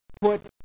put